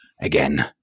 again